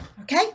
Okay